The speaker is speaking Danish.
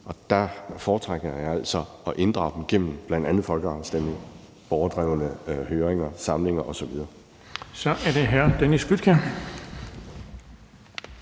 Der foretrækker jeg altså at inddrage dem gennem bl.a. folkeafstemninger, borgerdrevne høringer, samlinger osv. Kl. 21:12 Den fg.